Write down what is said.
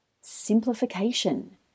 Simplification